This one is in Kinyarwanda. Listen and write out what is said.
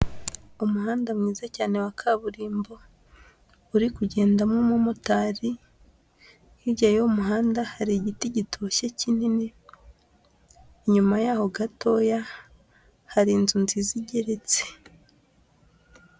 Umuhanda mwiza cyane wa kaburimbo, uri kugendamo umumotari, hirya y'uwo muhanda hari igiti gitoshye kinini, inyuma yaho gatoya hari inzu nziza igereratse.